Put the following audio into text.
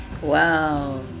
Wow